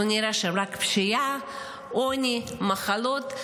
אנחנו נראה שם רק פשיעה, עוני, מחלות.